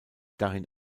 darin